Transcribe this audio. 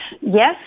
Yes